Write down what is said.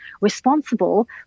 responsible